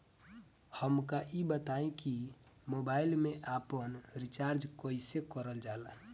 हमका ई बताई कि मोबाईल में आपन रिचार्ज कईसे करल जाला?